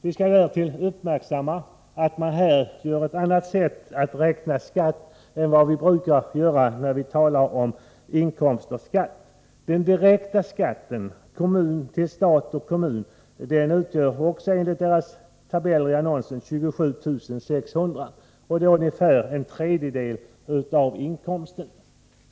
Vi skall därtill uppmärksamma att man här räknar skatt på ett annat sätt än vi brukar göra när vi talar om inkomster efter skatt. Den direkta skatten till stat och kommun utgör enligt tabellerna i annonsen 27 600 kr. Det är ungefär en tredjedel av inkomsten.